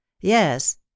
Yes